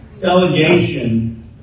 delegation